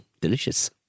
delicious